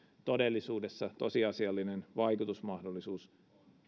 todellisuudessa tosiasiallinen vaikutusmahdollisuus